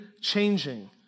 changing